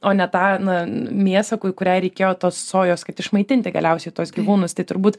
o ne tą na mėsą ku kuriai reikėjo tos sojos kad išmaitinti galiausiai tuos gyvūnus tai turbūt